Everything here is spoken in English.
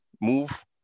move